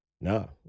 no